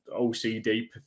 OCD